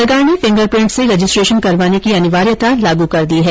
सरकार ने fingerprint से रजिस्ट्रेशन करवाने की अनिवार्यता लागू कर दी है